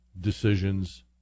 decisions